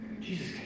Jesus